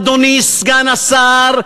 אדוני סגן השר,